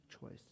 choice